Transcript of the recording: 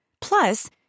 Plus